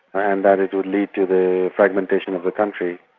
ah and that it would lead to the fragmentation of the country.